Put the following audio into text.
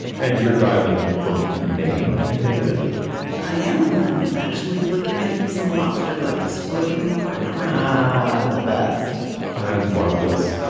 and you're dialing in from maine. i take it i am. i'm actually looking at some lobster boats floating in the harbor um ah the best part is marvelous.